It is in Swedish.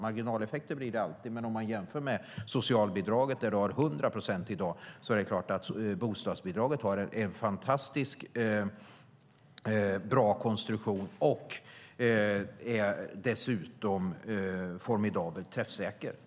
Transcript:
Marginaleffekter blir det alltid, men om man jämför med socialbidraget, där det är 100 procent i dag, är det klart att bostadsbidraget har en fantastiskt bra konstruktion som dessutom är formidabelt träffsäker.